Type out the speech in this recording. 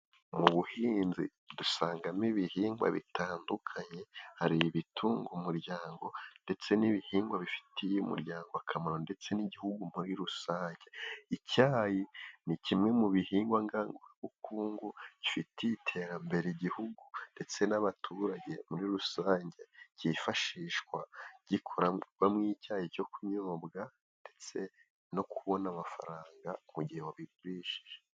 Mu buhinzi dusangamo ibihingwa bitandukanye hari ibitunga umuryango, ndetse n'ibihingwa bifitiye umuryango akamaro ndetse n'igihugu muri rusange. Icyayi ni kimwe mu bihingwa ngandurabukungu gifitiye iterambere Igihugu ndetse n'abaturage muri rusange, cyifashishwa gikurarwamo icyayi cyo kunyobwa ndetse no kubona amafaranga mu gihe wabigurishije.